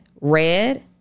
red